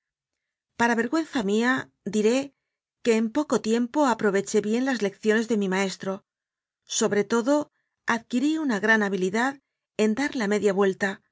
para vergüenza mía diré que en poco tiempo aproveché bien las lecciones de mi maestro sobre todo adquirí una gran habilidad en dar la media vuelta